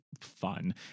fun